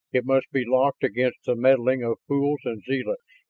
it must be locked against the meddling of fools and zealots.